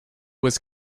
was